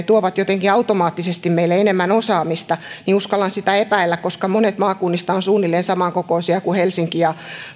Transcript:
tuovat jotenkin automaattisesti meille enemmän osaamista niin uskallan sitä epäillä koska monet maakunnista ovat suunnilleen samankokoisia kuin helsinki ja